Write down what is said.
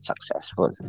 successful